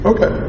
Okay